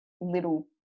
little